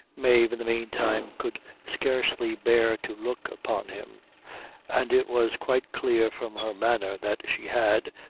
mave, in the mean time, could scarcely bear to look upon him and it was quite clear from her manner that she had,